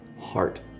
heart